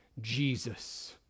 Jesus